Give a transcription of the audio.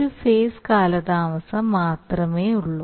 ഒരു ഫേസ് കാലതാമസം മാത്രമേയുള്ളൂ